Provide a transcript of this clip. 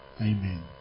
Amen